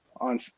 on